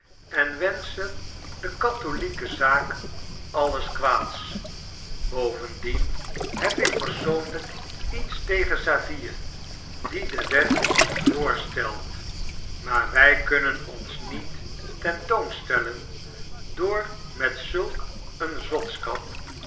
en wenschen de katholijke zaak alles kwaads bovendien heb ik persoonlijk lets tegen saville die de wet voorstelt maar wij kunnen ons niet ten toon stellen door met zulk een zotskap